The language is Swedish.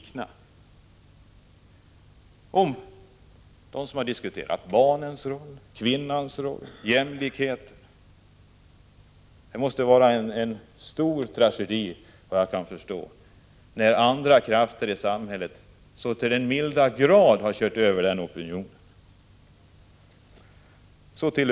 För dem som har diskuterat barnens roll, kvinnans roll och jämlikheten måste det vara en stor tragedi när andra krafter i samhället så till den milda grad kör över kvinnoopinionen.